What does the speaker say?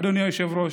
אדוני היושב-ראש,